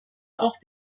auch